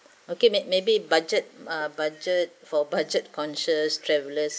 okay may maybe budget budget for budget conscious travellers